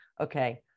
okay